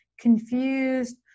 confused